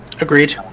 Agreed